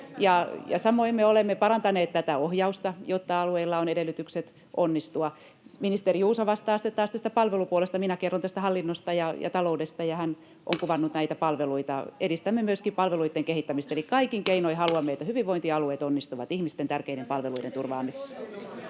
Samoin me olemme parantaneet tätä ohjausta, jotta alueilla on edellytykset onnistua. Ministeri Juuso vastaa sitten taas tästä palvelupuolesta, minä kerron tästä hallinnosta ja taloudesta. Hän on kuvannut näitä palveluita. Edistämme myöskin palveluitten kehittämistä. Eli kaikin keinoin haluamme, että hyvinvointialueet onnistuvat ihmisten tärkeiden palveluiden turvaamisessa.